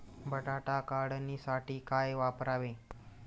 बटाटा काढणीसाठी काय वापरावे?